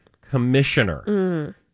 commissioner